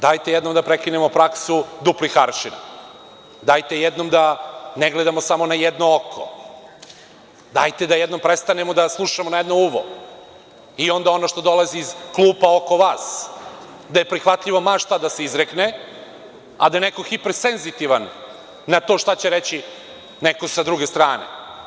Dajte da jednom prekinemo praksu duplih aršina, dajte jednom da ne gledamo samo na jedno oko, dajte da jednom prestanemo da slušamo na jedno uvo i onda, ono što dolazi iz klupa oko vas, da je prihvatljivo ma šta da se izrekne, a da je neko hipersenzitivan na to šta će reći neko sa druge strane.